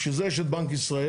בשביל זה יש את בנק ישראל,